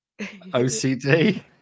OCD